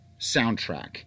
soundtrack